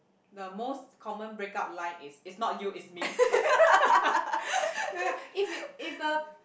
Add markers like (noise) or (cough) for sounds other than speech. the most common break up line is it's not you it's me (laughs) ya if it if the